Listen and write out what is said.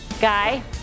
Guy